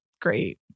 great